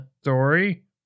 story